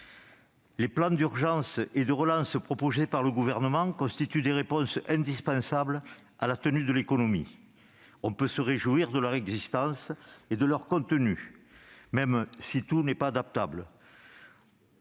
Les plans d'urgence et de relance proposés par le Gouvernement constituent des réponses indispensables à la marche de l'économie. On peut se réjouir de leur existence et des mesures qu'ils prévoient.